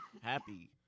happy